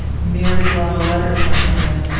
merely brought a letter from him,